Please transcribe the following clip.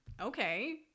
okay